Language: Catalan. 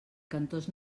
cantors